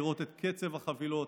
לראות את קצב החבילות